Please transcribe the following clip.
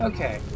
Okay